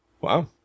wow